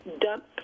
dump